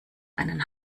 einen